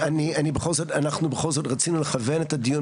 אנחנו בכל זאת רצינו לכוון את הדיון